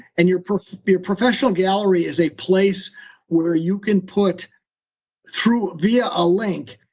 and your your professional gallery is a place where you can put through, via a link,